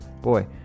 Boy